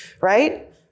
right